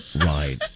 Right